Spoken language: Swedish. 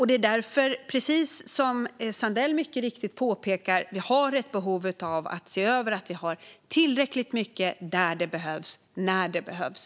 Det är därför, precis som ledamoten Sandell mycket riktigt påpekar, vi har ett behov av att se över att vi har tillräckligt mycket där det behövs när det behövs.